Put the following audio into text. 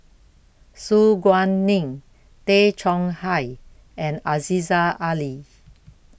Su Guaning Tay Chong Hai and Aziza Ali